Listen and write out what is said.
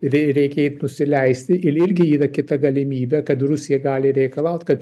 rei reikia ir nusileisti ir irgi yra kita galimybė kad rusija gali reikalaut kad